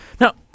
Now